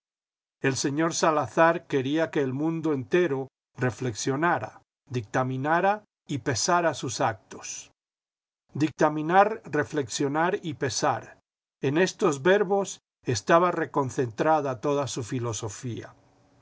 el señor salazar quería que el mundo entero reflexionara dictaminara y pesara sus actos dictaminar reflexionar y pesar en estos verbos estaba reconcentrada toda su filosofía